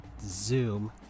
zoom